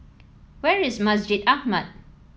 where is Masjid Ahmad